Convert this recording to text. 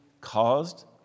caused